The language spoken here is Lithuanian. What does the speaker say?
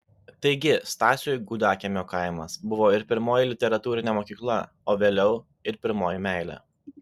taigi stasiui gudakiemio kaimas buvo ir pirmoji literatūrinė mokykla o vėliau ir pirmoji meilė